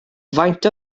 faint